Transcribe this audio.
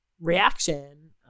reaction